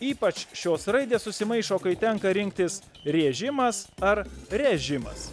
ypač šios raidės susimaišo kai tenka rinktis rėžimas ar režimas